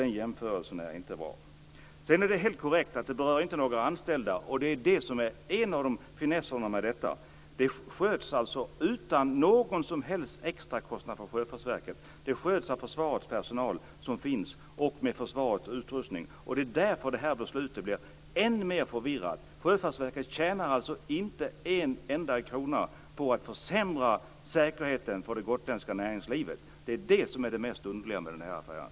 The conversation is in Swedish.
Den jämförelsen är inte bra. Det är helt korrekt att detta inte berör några anställda. Det är en av finesserna med detta. Det sköts utan någon som helst extra kostnad för Sjöfartsverket. Det sköts av Försvarsmaktens personal och med försvarets utrustning. Det är därför som beslutet är än mer förvirrande. Sjöfartsverket tjänar alltså inte en enda krona på att försämra säkerheten för det gotländska näringslivet. Det är det som är det mest underliga med den här affären.